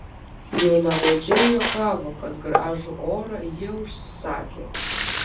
jaunavedžiai juokavo kad gražų orą jie užsisakę